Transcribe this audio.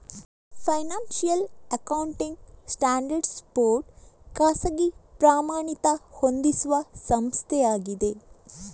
financial accounting standards board ಖಾಸಗಿ ಪ್ರಮಾಣಿತ ಹೊಂದಿಸುವ ಸಂಸ್ಥೆಯಾಗಿದೆ